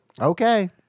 Okay